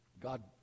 God